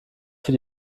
für